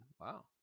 wow